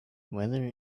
weather